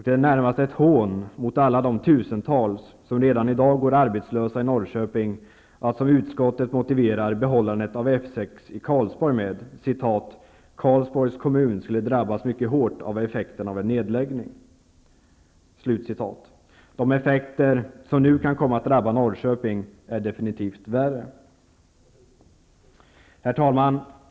Det är närmast ett hån mot alla de tusentals som redan i dag går arbetslösa i Norrköping att, som utskottet, motivera behållandet av F 6 i Karlsborg med att ''Karlsborgs kommun skulle drabbas mycket hårt av effekterna av en nedläggning''. De effekter som nu kan komma att drabba Norrköping är definitivt värre. Herr talman!